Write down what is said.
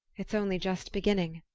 it's only just beginning.